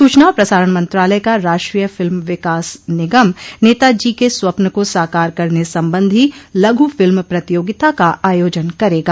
सूचना और प्रसारण मंत्रालय का राष्ट्रीय फिल्म विकास निगम नेताजी के स्वप्न को साकार करने संबंधी लघू फिल्म प्रतियोगिता का आयोजन करेगा